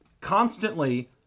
constantly